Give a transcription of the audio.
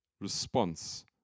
response